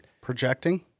Projecting